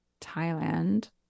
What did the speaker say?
Thailand